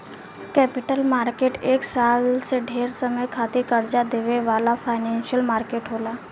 capital market एक साल से ढेर समय खातिर कर्जा देवे वाला फाइनेंशियल मार्केट होला